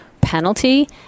penalty